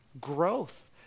growth